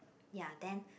ya then